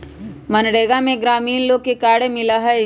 मनरेगा में ग्रामीण लोग के कार्य मिला हई